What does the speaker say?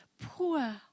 poor